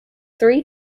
three